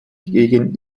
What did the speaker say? gegen